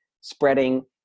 spreading